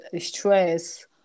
stress